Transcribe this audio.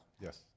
Yes